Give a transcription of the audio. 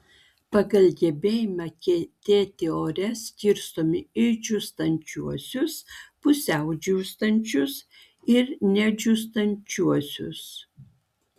pagal gebėjimą kietėti ore skirstomi į džiūstančiuosius pusiau džiūstančius ir nedžiūstančiuosius